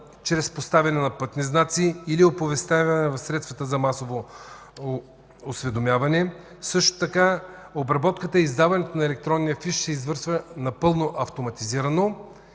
чрез поставяне на пътни знаци или оповестяване в средствата за масово осведомяване. Също така обработката и издаването на електронния фиш се извършва напълно автоматизирано.